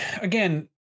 again